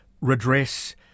redress